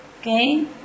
okay